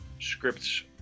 scripts